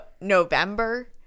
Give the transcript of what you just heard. November